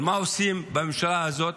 אבל מה עושים בממשלה הזאת?